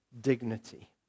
dignity